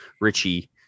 Richie